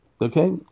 Okay